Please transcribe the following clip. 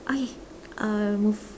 okay uh move